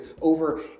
over